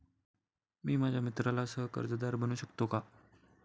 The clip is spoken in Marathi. मी माझ्या मित्राला सह कर्जदार बनवू शकतो का?